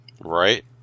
right